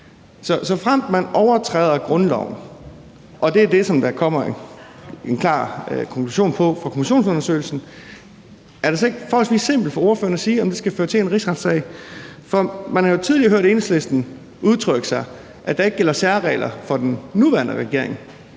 såfremt man overtræder grundloven og det er det, som der kommer en klar konklusion om fra kommissionsundersøgelsen, er det så ikke forholdsvis simpelt for ordføreren at sige, om det skal føre til en rigsretssag? Man har jo tidligere hørt Enhedslisten udtrykke sig om, at der ikke gælder særregler for den nuværende regering